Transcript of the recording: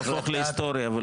יהפוך להיסטוריה.